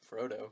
Frodo